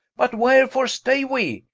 but wherefore stay we?